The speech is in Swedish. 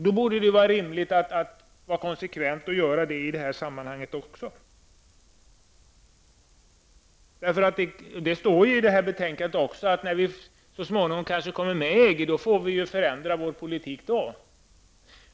Då borde det vara rimligt att vara konsekvent och göra det också i detta sammanhang. Det står i betänkandet att vi när vi så småningom kommer med i EG får förändra vår politik.